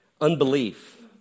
Unbelief